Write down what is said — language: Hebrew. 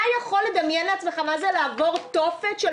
אתה יכול לדמיין לעצמך מה זה לעבור תופת של